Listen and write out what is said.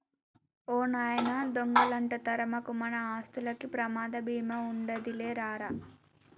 ఓ నాయనా దొంగలంట తరమకు, మన ఆస్తులకి ప్రమాద బీమా ఉండాదిలే రా రా